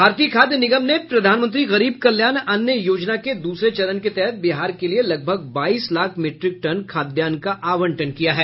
भारतीय खाद्य निगम ने प्रधानमंत्री गरीब कल्याण अन्न योजना के दूसरे चरण के तहत बिहार के लिये लगभग बाईस लाख मीट्रिक टन खाद्यान्न का आवंटन किया है